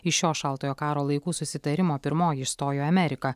iš šio šaltojo karo laikų susitarimo pirmoji išstojo amerika